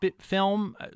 film